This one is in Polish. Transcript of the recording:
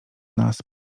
nas